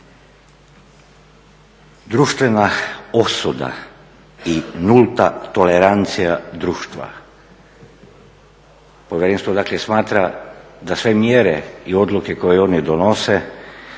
Društvena osuda i nulta tolerancija društva. Povjerenstvo dakle smatra da sve mjere i odluke koje oni donose